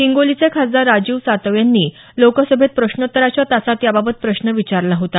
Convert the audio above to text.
हिंगोलीचे खासदार राजीव सातव यांनी लोकसभेत प्रश्नोत्तराच्या तासात या बाबत प्रश्न विचारला होता